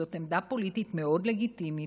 וזאת עמדה פוליטית מאוד לגיטימית,